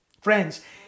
Friends